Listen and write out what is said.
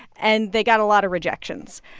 and they got a lot of rejections.